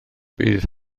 bydd